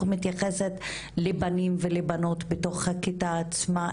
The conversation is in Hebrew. מתייחסת לבנים ולבנות בתוך הכיתה עצמה,